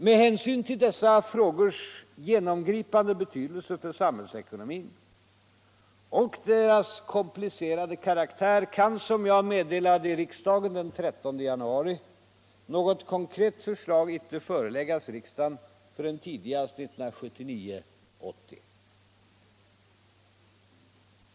Med hänsyn till dessa frågors genomgripande betydelse för samhällsekonomin och deras komplicerade karaktär kan, som jag meddelade i riksdagen den 13 januari, något konkret förslag icke föreläggas riksdagen förrän tidigast 1979/80.